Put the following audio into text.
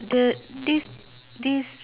hawker centre ah